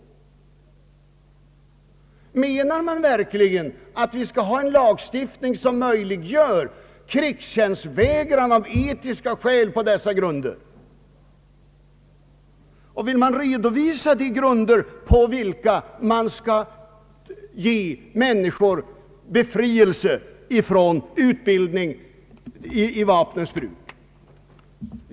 Menar man verkligen att vi bör ha en lagstiftning som möjliggör krigstjänstvägran av etiska skäl på dessa grunder? Vill man redovisa de grunder på vilka människor kan få befrielse från utbildning i vapnens bruk?